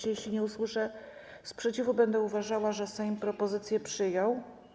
Jeśli nie usłyszę sprzeciwu, będę uważała, że Sejm propozycję przyjął.